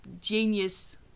genius